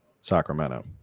Sacramento